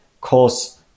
cause